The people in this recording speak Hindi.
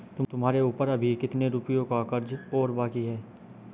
तुम्हारे ऊपर अभी कितने रुपयों का कर्ज और बाकी है?